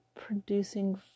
producing